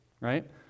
right